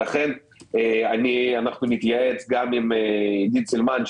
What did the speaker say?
לכן נתייעץ גם עם עידית סילמן,